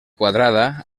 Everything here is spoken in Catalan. quadrada